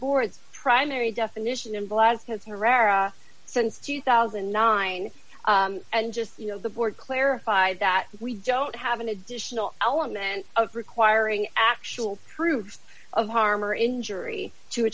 board's primary definition and blood has herrera since two thousand and nine and just you know the board clarified that we don't have an additional element of requiring actual proof of harm or injury to a